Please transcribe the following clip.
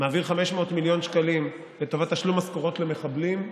מעביר 500 מיליון שקלים לטובת תשלום משכורות למחבלים.